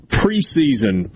preseason